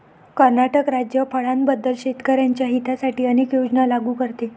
कर्नाटक राज्य फळांबद्दल शेतकर्यांच्या हितासाठी अनेक योजना लागू करते